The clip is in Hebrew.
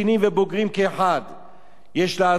ויש לעצור אותה בכל דרך,